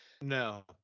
No